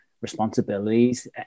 responsibilities